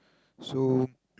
so